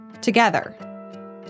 together